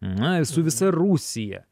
na ir su visa rusija